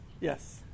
Yes